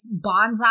bonsai